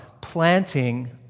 planting